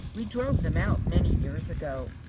we drove them out many years ago.